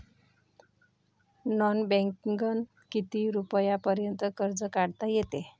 Non बँकिंगनं किती रुपयापर्यंत कर्ज काढता येते?